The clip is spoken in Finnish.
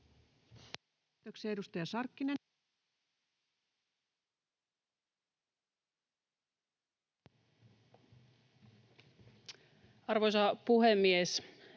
Arvoisa puhemies!